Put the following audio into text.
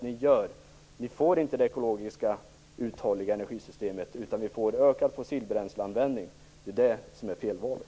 Ni får inte det ekologiskt uthålliga energisystemet utan ökad fossilbränsleanvändning. Det är det som är felvalet.